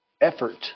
effort